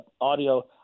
audio